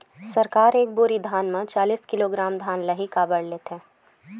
सरकार एक बोरी धान म चालीस किलोग्राम धान ल ही काबर लेथे?